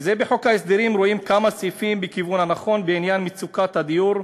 בחוק ההסדרים רואים כמה סעיפים בכיוון הנכון בעניין מצוקת הדיור,